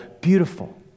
beautiful